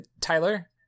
tyler